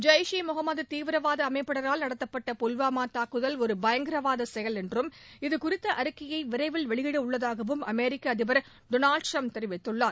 ஜெய்ஷ் இ முகமது தீவிரவாத அமைப்பினரால் நடத்தப்பட்ட புல்வாமா தூக்குதல் ஒரு பயங்கரவாத செயல் என்றும் இது குறித்த அறிக்கையை விரைவில் வெளியிடவுள்ளதாகவும் அமெரிக்க அதிபர் டொனால் டிரம்ப் தெரிவிததுள்ளார்